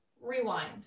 rewind